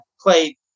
play